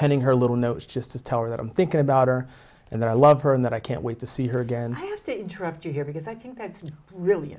petting her little notes just to tell her that i'm thinking about her and that i love her and that i can't wait to see her again i have to interrupt you here because i think that's really